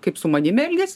kaip su manimi elgias